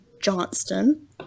Johnston